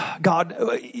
God